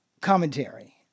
commentary